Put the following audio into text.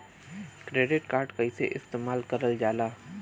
Credit card कईसे इस्तेमाल करल जाला?